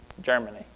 Germany